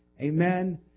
Amen